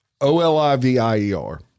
O-L-I-V-I-E-R